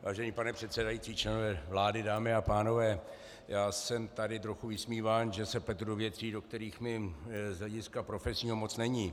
Vážený pane předsedající, členové vlády, dámy a pánové, já jsem tady trochu vysmíván, že se pletu do věcí, do kterých mi z hlediska profesního moc není.